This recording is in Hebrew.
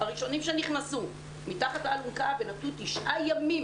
הראשונים שנכנסו מתחת לאלונקה ונתנו 9 ימים